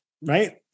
right